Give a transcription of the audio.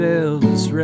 Elvis